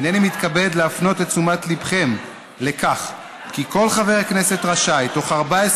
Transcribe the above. הינני מתכבד להפנות את תשומת ליבכם לכך כי כל חבר כנסת רשאי בתוך 14